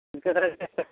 ᱤᱱᱠᱟᱹ ᱫᱷᱟᱨᱟ ᱜᱮ ᱵᱮᱥᱟ